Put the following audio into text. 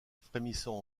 frémissant